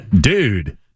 Dude